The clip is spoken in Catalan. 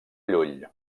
llull